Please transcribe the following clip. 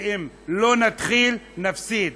ואם לא נתחיל, נפסיד.